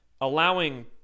allowing